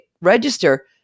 register